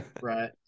right